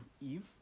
Eve